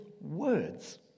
words